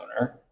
owner